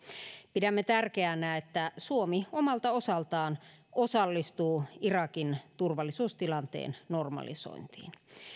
pidämme tärkeänä että suomi omalta osaltaan osallistuu irakin turvallisuustilanteen normalisointiin